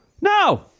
No